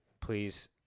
please